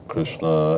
Krishna